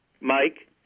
Mike